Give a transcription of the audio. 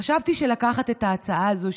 חשבתי לקחת את ההצעה הזאת,